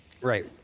Right